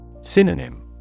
Synonym